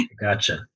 gotcha